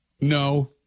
No